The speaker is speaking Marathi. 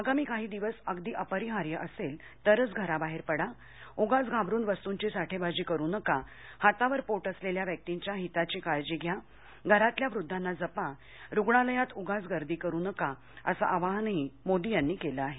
आगामी काही दिवस अगदी अपरिहार्य असेल तरच घराबाहेर पडा उगाच घाबरून वस्तूंची साठेबाजी करू नका हातावर पोट असलेल्या व्यक्तींच्या हिताची काळजी घ्या घरातल्या वृद्धांना जपा रुग्णालयात उगाच गर्दी करू नका असं आवाहनही मोदी यांनी केलं आहे